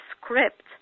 script